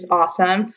awesome